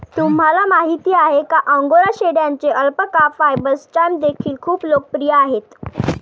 तुम्हाला माहिती आहे का अंगोरा शेळ्यांचे अल्पाका फायबर स्टॅम्प देखील खूप लोकप्रिय आहेत